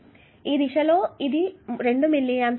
కాబట్టి ఈ దిశలో ఇది 2 మిల్లీ ఆంప్స్